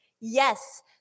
Yes